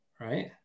right